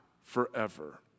forever